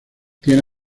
tiene